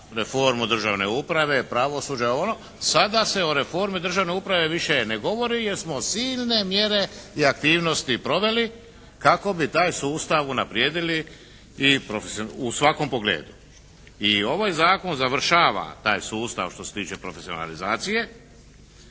reformu državne uprave, pravosuđa, ovo, ono, sada se o reformi državne uprave više ne govori jer smo silne mjere i aktivnosti proveli kako bi taj sustav unaprijedili u svakom pogledu. I ovaj zakon završava taj sustav što se tiče profesionalizacije,